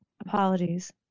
apologies